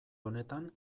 honetan